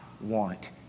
want